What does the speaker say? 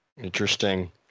Interesting